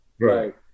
Right